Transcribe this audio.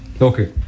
Okay